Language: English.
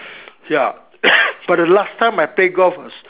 ya but the last time I play golf was